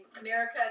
America